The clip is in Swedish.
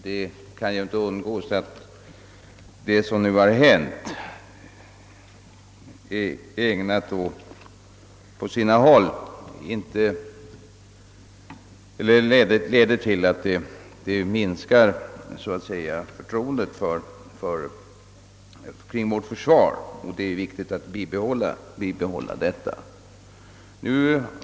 Det som nu har förekommit är tyvärr ägnat att på sina håll minska det förtroende för vår försvarsledning som det är så viktigt att bibehålla.